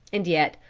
and yet,